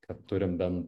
kad turim bent